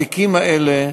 התיקים האלה,